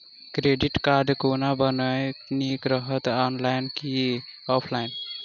Credit card कोना बनेनाय नीक रहत? ऑनलाइन आ की ऑफलाइन?